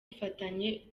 bufatanye